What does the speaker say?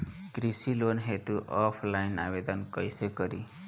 कृषि लोन हेतू ऑफलाइन आवेदन कइसे करि?